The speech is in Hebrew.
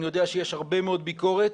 אני יודע שיש הרבה מאוד ביקורת,